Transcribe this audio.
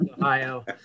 Ohio